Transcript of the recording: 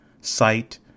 sight